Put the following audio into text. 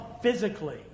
physically